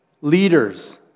leaders